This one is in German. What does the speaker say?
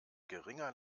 geringer